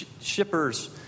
shippers